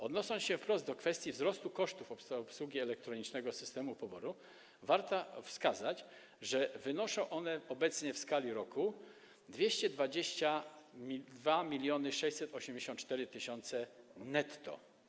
Odnosząc się wprost do kwestii wzrostu kosztów obsługi elektronicznego systemu poboru, warto wskazać, że wynoszą one obecnie w skali roku 222 684 tys. netto.